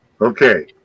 okay